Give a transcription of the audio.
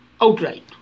outright